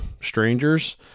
strangers